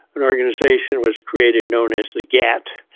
an organisation was created known as the gatt,